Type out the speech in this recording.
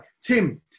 Tim